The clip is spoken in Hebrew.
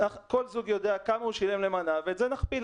כל זוג יודע כמה הוא שילם למנה ואת זה נכפיל.